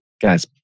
guys